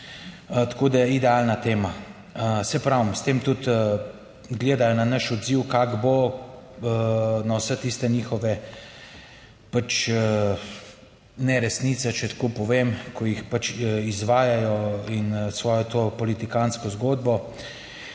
tako da je idealna tema. Saj pravim, s tem tudi gledajo na naš odziv, kako bo na vse tiste njihove pač neresnice, če tako povem, ko jih pač izvajajo in svojo to politikantsko zgodbo.